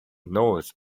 nose